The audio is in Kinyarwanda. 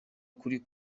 kuri